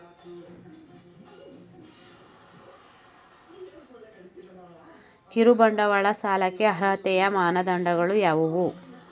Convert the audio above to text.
ಕಿರುಬಂಡವಾಳ ಸಾಲಕ್ಕೆ ಅರ್ಹತೆಯ ಮಾನದಂಡಗಳು ಯಾವುವು?